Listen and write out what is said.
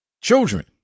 Children